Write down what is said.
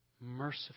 merciful